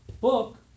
book